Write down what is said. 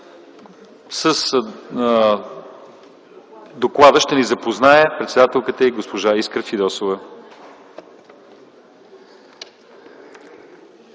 С доклада ще ни запознае председателката й - госпожа Искра Фидосова.